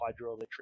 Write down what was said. hydroelectric